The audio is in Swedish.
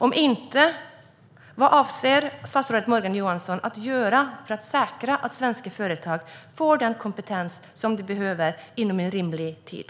Om inte - vad avser statsrådet Morgan Johansson att göra för att säkra att svenska företag får den kompetens de behöver inom en rimlig tid?